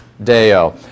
Deo